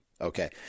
Okay